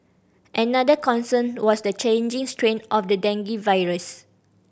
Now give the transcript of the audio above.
another concern was the changing strain of the dengue virus